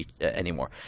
anymore